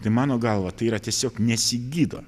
tai mano galva tai yra tiesiog nesigydo